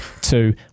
two